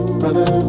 brother